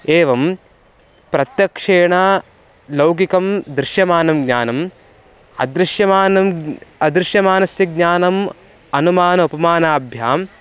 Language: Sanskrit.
एवं प्रत्यक्षेण लौकिकं दृश्यमानं ज्ञानम् अदृश्यमानम् अदृश्यमानस्य ज्ञानम् अनुमान उपमानाभ्याम्